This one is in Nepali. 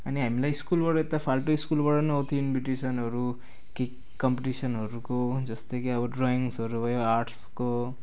अनि हामीलाई स्कुलबाट त फाल्टु स्कुलबाट पनि आउँथ्यो इन्भिटेसनहरू केही कम्पिटिसनहरूको जस्तै कि अब ड्रयिङ्सहरू भयो आर्ट्सको